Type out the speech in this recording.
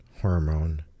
hormone